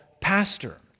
pastor